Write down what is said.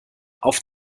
auf